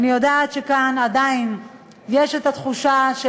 אני יודעת שכאן עדיין יש התחושה של